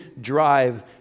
drive